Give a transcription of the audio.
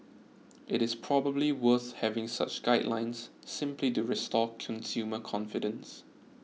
it is probably worth having such guidelines simply to restore consumer confidence